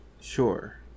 Sure